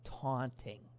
taunting